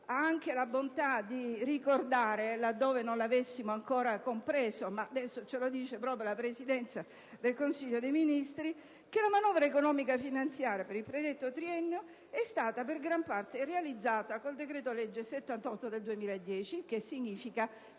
Ha anche la bontà di ricordare, laddove non l'avessimo ancora compreso (ora lo afferma proprio la Presidenza del Consiglio dei ministri), che la manovra economica finanziaria per il predetto triennio è stata in gran parte realizzata con il decreto-legge 31 maggio 2010, n. 78. Il che significa